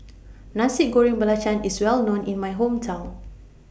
Nasi Goreng Belacan IS Well known in My Hometown